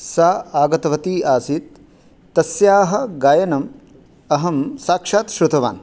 सा आगतवती आसीत् तस्याः गायनम् अहं साक्षात् श्रुतवान्